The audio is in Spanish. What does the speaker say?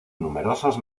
numerosos